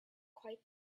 quite